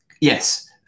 yes